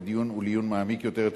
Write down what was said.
לדיון ולעיון מעמיק יותר,